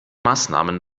maßnahmen